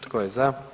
Tko je za?